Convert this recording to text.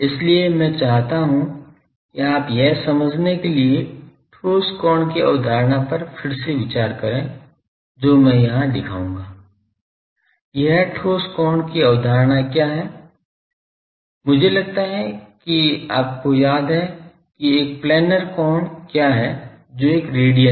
इसलिए मैं चाहता हूं कि आप यह समझने के लिए ठोस कोण की अवधारणा पर फिर से विचार करें जो मैं यहां दिखाऊंगा एक ठोस कोण की अवधारणा क्या है मुझे लगता है कि आपको याद है कि एक प्लैनर कोण क्या है जो एक रेडियन है